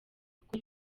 kuko